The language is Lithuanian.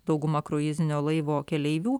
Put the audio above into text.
dauguma kruizinio laivo keleivių